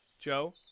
Joe